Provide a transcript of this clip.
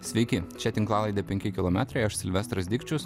sveiki čia tinklalaidė penki kilometrai aš silvestras dikčius